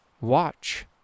Watch